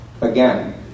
Again